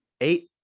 Eight